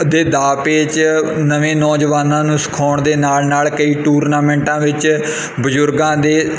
ਅਤੇ ਦਾਅ ਪੇਚ ਨਵੇਂ ਨੌਜਵਾਨਾਂ ਨੂੰ ਸਿਖਾਉਣ ਦੇ ਨਾਲ ਨਾਲ ਕਈ ਟੂਰਨਾਮੈਂਟਾਂ ਵਿੱਚ ਬਜ਼ੁਰਗਾਂ ਦੇ